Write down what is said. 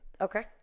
Okay